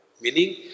Meaning